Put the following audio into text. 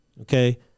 Okay